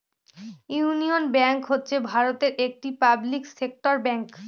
union Bank হচ্ছে ভারতের একটি পাবলিক সেক্টর ব্যাঙ্ক